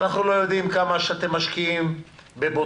אנחנו לא יודעים כמה אתם משקיעים ובודקים,